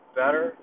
better